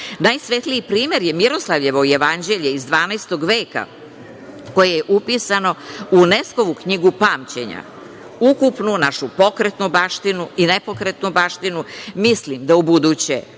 Najsvetliji primer je Miroslavljevo jevanđelje iz 12. veka, koje je upisano u UNESKO-vu Knjigu pamćenja. Ukupnu našu pokretnu baštinu i nepokretnu baštinu mislim da ubuduće